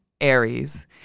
Aries